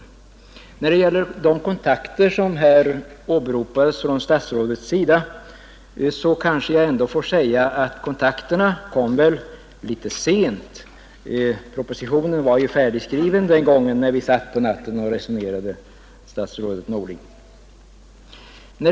När det sedan gäller de kontakter som statsrådet åberopade så kanske jag ändå får säga att dessa kommer litet sent. Propositionen var ju färdigskriven den gången när vi satt på natten och resonerade, herr statsrådet Norling och jag.